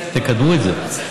תקדמו את זה.